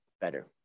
better